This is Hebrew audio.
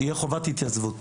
שתהיה חובת התייצבות.